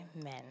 Amen